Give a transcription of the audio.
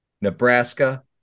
Nebraska